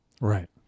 Right